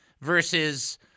versus